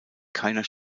keiner